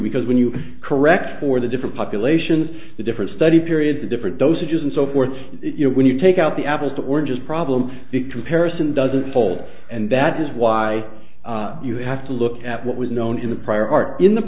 because when you correct for the different populations the different study periods a different dosages and so forth you know when you take out the apples to oranges problem because paris in doesn't hold and that is why you have to look at what was known in the prior art in the